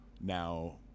now